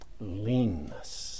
Leanness